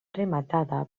rematada